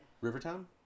Rivertown